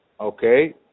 okay